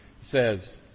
says